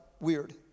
weird